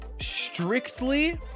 strictly